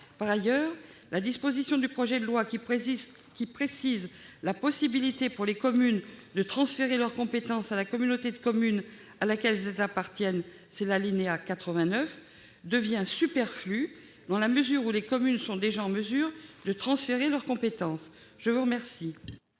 Par ailleurs, la disposition du projet de loi qui précise la possibilité pour les communes de transférer leur compétence à la communauté de communes à laquelle elles appartiennent- c'est l'alinéa 89 -devient superflue. Les communes sont déjà en mesure de transférer leur compétence. Quel